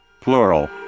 plural